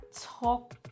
talk